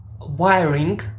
wiring